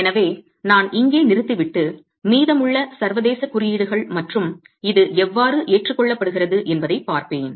எனவே நான் இங்கே நிறுத்திவிட்டு மீதமுள்ள சர்வதேச குறியீடுகள் மற்றும் இது எவ்வாறு ஏற்றுக்கொள்ளப்படுகிறது என்பதைப் பார்ப்பேன்